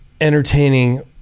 entertaining